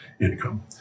income